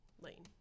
Lane